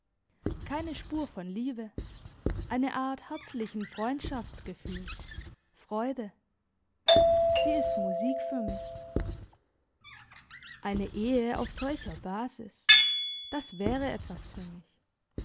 keine spur von liebe eine art herzlichen freundschaftsgefühls freude sie ist musik für mich eine ehe auf solcher basis das wäre etwas für mich